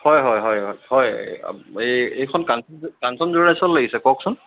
হয় হয় হয় হয় হয় এই এইখন কাঞ্চন কাঞ্চন লাগিছে কওকচোন